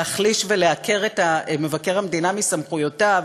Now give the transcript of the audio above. להחליש ולעקר את מבקר המדינה מסמכויותיו,